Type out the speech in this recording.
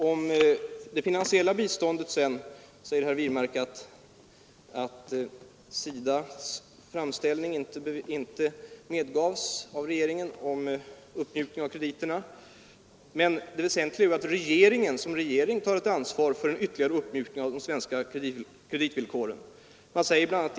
Om det finansiella biståndet säger herr Wirmark att SIDA :s framställning om uppmjukning av krediterna inte bifölls av regeringen. Men det väsentliga är ju att regeringen som regering tar ett ansvar för en ytterligare uppmjukning av de svenska kreditvillkoren och skuldkonsolidering.